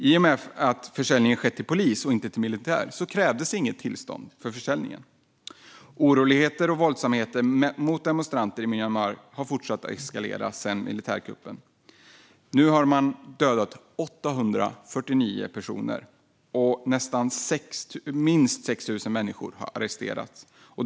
I och med att försäljningen skett till polis och inte till militär krävdes inget tillstånd för försäljningen. Oroligheter och våldsamheter mot demonstranter i Myanmar har fortsatt att eskalera sedan militärkuppen. Nu har man dödat 849 personer, och minst 6 000 människor har arresterats.